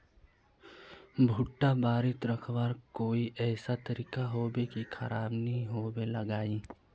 भुट्टा बारित रखवार कोई ऐसा तरीका होबे की खराब नि होबे लगाई?